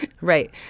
Right